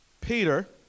Peter